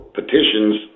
petitions